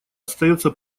остается